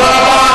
תודה רבה,